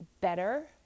better